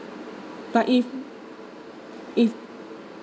but if